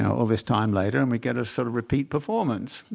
all this time later. and we get a sort of repeat performance.